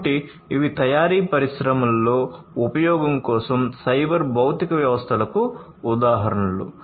కాబట్టి ఇవి తయారీపరిశ్రమలో ఉపయోగం కోసం సైబర్ భౌతిక వ్యవస్థలకు ఉదాహరణలు